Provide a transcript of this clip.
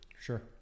Sure